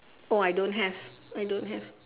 oh I don't have I don't have